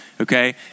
okay